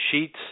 sheets